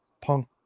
punk